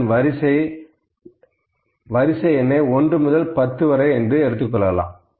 இதன் வரிசை எண்ணை 1 முதல் 10 வரை என்று எடுத்துக்கொள்ளலாம்